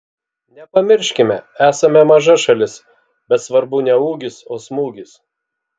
nepamirškime esame maža šalis bet svarbu ne ūgis o smūgis